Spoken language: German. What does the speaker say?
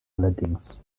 allerdings